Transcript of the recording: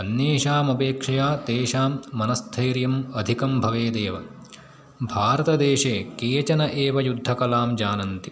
अन्येषामपेक्षया तेषां मनस्स्थैर्यम् अधिकं भवेदेव भारतदेशे केचन एव युद्धकलां जानन्ति